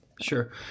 Sure